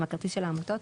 עם הכרטיס של העמותות?